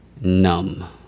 Numb